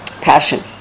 passion